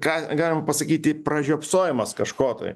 ką galim pasakyti pražiopsojimas kažko tai